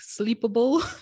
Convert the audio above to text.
sleepable